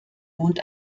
wohnt